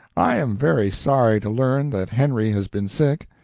i am very sorry to learn that henry has been sick.